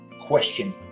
question